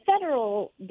federal